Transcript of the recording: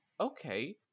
okay